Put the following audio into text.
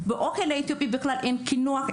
באוכל אתיופי בכלל אין קינוח,